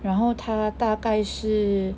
然后他大概是